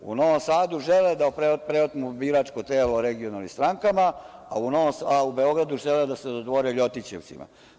U Novom Sadu, žele da preotmu biračko telo regionalnim strankama, a u Beogradu žele da se dodvore ljotićevcima.